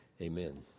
amen